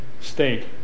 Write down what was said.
state